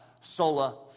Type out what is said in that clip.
Sola